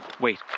Wait